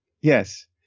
Yes